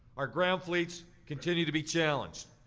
our ground fleets continue to be challenged.